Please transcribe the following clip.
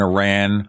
Iran